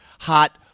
hot